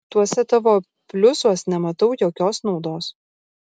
tuose tavo pliusuos nematau jokios naudos